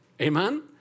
Amen